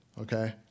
okay